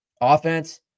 offense